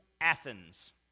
Athens